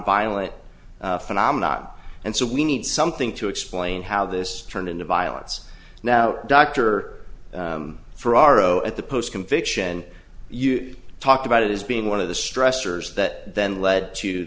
violent phenomenon and so we need something to explain how this turned into violence now dr ferraro at the post conviction you talked about it as being one of the stressors that led to